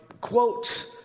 quotes